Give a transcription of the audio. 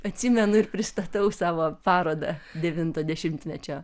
atsimenu ir pristatau savo parodą devinto dešimtmečio